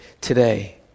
today